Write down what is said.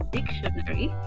Dictionary